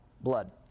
blood